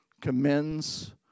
commends